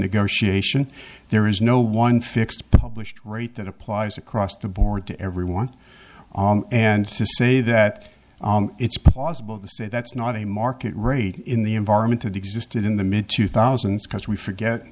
negotiation there is no one fixed published rate that applies across the board to everyone and to say that it's plausible to say that's not a market rate in the environment that existed in the mid two thousand and six we forget